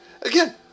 Again